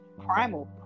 primal